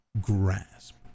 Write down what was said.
grasp